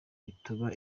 bituma